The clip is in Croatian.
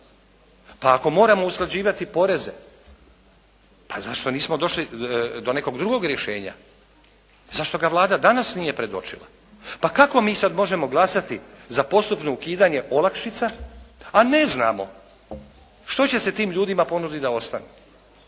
Pa ako moramo usklađivati poreze, pa zašto nismo došli do nekog drugog rješenja. Zašto ga Vlada danas nije predočila? Pa kako mi sada možemo glasati za postupno ukidanje olakšica a ne znamo što će se tim ljudima ponuditi da ostanu